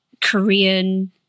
Korean